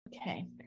okay